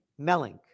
Melink